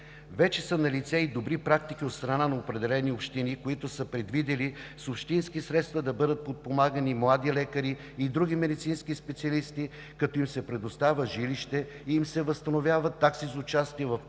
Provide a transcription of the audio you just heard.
Вече са налице добри практики от страна на определени общини, които са предвидили с общински средства да бъдат подпомагани млади лекари и други медицински специалисти, като им се предоставя жилище и им се възстановяват такси за участие в курсове за